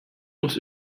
muss